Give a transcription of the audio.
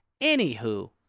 Anywho